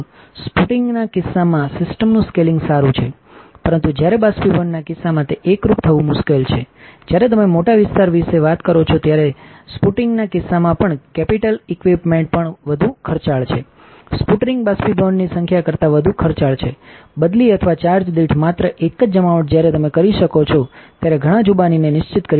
સ્પુટિંગના કિસ્સામાં સિસ્ટમનું સ્કેલિંગ સારું છે પરંતુ જ્યારે બાષ્પીભવનના કિસ્સામાં તે એકરૂપ થવું મુશ્કેલ છે જ્યારે તમેમોટા વિસ્તાર વિશે વાત કરોછો ત્યારે સ્પુટિંગના કિસ્સામાંપણ કેપિટલ ઇક્વિપમેન્ટ પણ વધુ ખર્ચાળ છે સ્પુટરિંગ બાષ્પીભવનની સંખ્યા કરતા વધુ ખર્ચાળ છે બદલી અથવા ચાર્જ દીઠ માત્ર એક જ જમાવટ જ્યારે તમે કરી શકો છો ત્યારે ઘણા જુબાનીને નિશ્ચિત કરી શકો છો